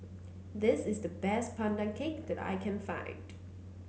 this is the best Pandan Cake that I can find